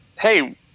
hey